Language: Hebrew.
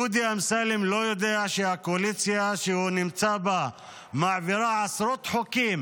דודי אמסלם לא יודע שהקואליציה שהוא נמצא בה מעבירה עשרות חוקים